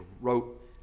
wrote